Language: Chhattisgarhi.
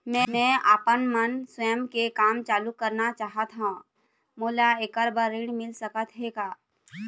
मैं आपमन स्वयं के काम चालू करना चाहत हाव, मोला ऐकर बर ऋण मिल सकत हे का?